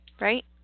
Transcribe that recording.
right